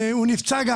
הוא נפצע.